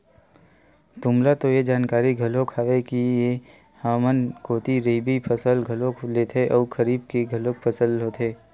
तुमला तो ये जानकारी घलोक हावे ही के हमर कोती रबि फसल घलोक लेथे अउ खरीफ के घलोक फसल होथे